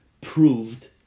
proved